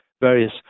various